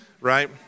right